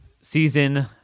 season